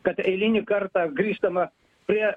kad eilinį kartą grįžtama prie